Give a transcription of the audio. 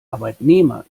arbeitnehmer